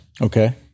Okay